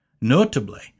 notably